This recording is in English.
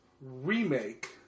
remake